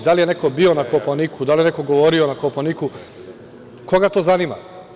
Da li je neko bio na Kopaoniku, da li je neko govorio na Kopaoniku, koga to zanima?